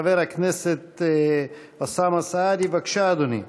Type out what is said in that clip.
חבר הכנסת אוסאמה סעדי, בבקשה, אדוני.